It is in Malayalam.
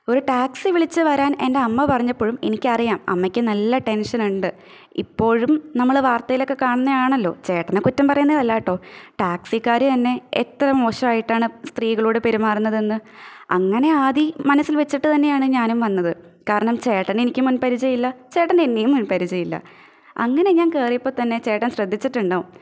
ഒരു ടാക്സി വിളിച്ച് വരാന് എന്റെ അമ്മ പറഞ്ഞപ്പൊഴും എനിക്കറിയാം അമ്മക്ക് നല്ല ടെന്ഷന്ണ്ട് ഇപ്പോഴും നമ്മൾ വാര്ത്തയിലക്കെ കാണുന്നതാണല്ലൊ ചേട്ടനെ കുറ്റം പറയുന്നതല്ല കേട്ടോ ടാക്സിക്കാർ തന്നെ എത്ര മോശമായിട്ടാണ് സ്ത്രീകളോട് പെരുമാറുന്നതെന്ന് അങ്ങനെ ആദി മനസ്സില് വെച്ചിട്ട് തന്നെയാണ് ഞാനും വന്നത് കാരണം ചേട്ടനേ എനിക്ക് മുന്പരിചയമില്ല ചേട്ടനെന്നെയും മുന്പരിചയമില്ല അങ്ങനെ ഞാന് കയറിയപ്പൊത്തന്നെ ചേട്ടന് ശ്രദ്ധിച്ചിട്ടുണ്ടാവും